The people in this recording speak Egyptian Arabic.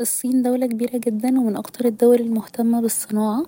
الصين دولة كبيرة جدا و من اكتر الدول المهتمة بالصناعة